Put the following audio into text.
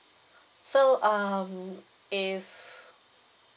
so um if